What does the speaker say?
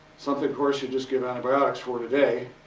something course you'd just give antibiotics for today.